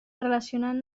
relacionant